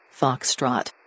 Foxtrot